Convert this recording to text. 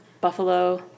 Buffalo